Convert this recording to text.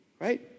Right